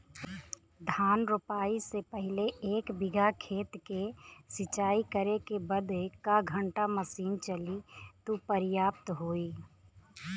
धान रोपाई से पहिले एक बिघा खेत के सिंचाई करे बदे क घंटा मशीन चली तू पर्याप्त होई?